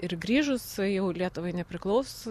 ir grįžus jau lietuvai nepriklaus